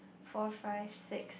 four five six